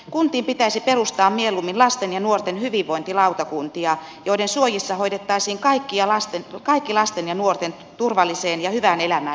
kuntiin pitäisi perustaa mieluummin lasten ja nuorten hyvinvointilautakuntia joiden suojissa hoidettaisiin kaikki lasten ja nuorten turvalliseen ja hyvään elämään liittyvät asiat